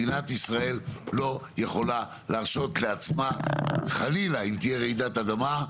מדינת ישראל לא יכולה להרשות לעצמה חלילה אם תהיה רעידת אדמה,